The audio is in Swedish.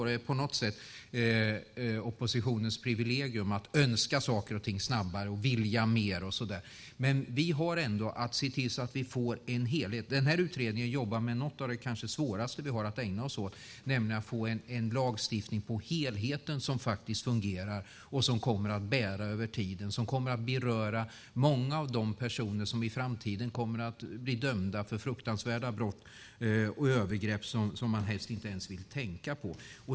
Det är på något sätt oppositionens privilegium att önska saker och ting snabbare och vilja mer och så vidare. Men vi har ändå att se till att vi får en helhet. Den här utredningen jobbar kanske med något av det svåraste vi har att ägna oss åt, nämligen att få en lagstiftning av helheten, som faktiskt fungerar och som kommer att bära över tiden. Den kommer att beröra många av de personer som i framtiden kommer att bli dömda för fruktansvärda brott och övergrepp som man helst inte ens vill tänka på.